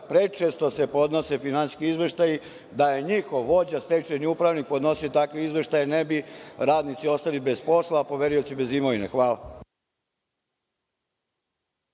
prečesto se podnose finansijski izveštaji, da je njihov vođa stečajni upravnik podnosio takve izveštaje, ne bi radnici ostali bez posla, a poverioci bez imovine. Hvala.